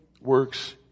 works